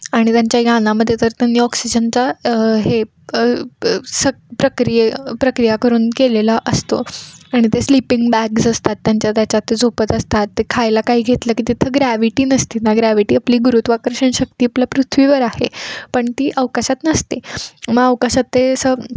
आणि त्यांच्या यानामध्ये तर त्यांनी ऑक्सिजनचा हे स प्रक्रिये प्रक्रिया करून केलेला असतो आणि ते स्लिपिंग बॅग्स असतात त्यांच्या त्याच्यात ते झोपत असतात ते खायला काही घेतलं की तिथं ग्रॅविटी नसते ना ग्रॅविटी आपली गुरुत्वाकर्षण शक्ती आपलं पृथ्वीवर आहे पण ती अवकाशात नसते मग अवकाशात ते असं